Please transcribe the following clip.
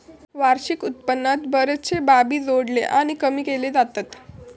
वार्षिक उत्पन्नात बरेचशे बाबी जोडले आणि कमी केले जातत